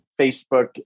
Facebook